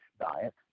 diet